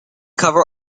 cover